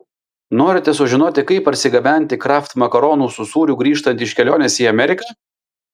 norite sužinoti kaip parsigabenti kraft makaronų su sūriu grįžtant iš kelionės į ameriką